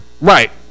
right